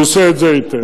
הוא עושה את זה היטב.